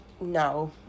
no